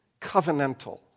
covenantal